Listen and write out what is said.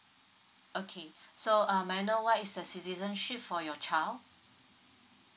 okay so um may I know what is the citizenship for your child